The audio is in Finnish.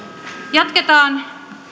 jatketaan